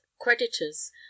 creditors